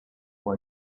who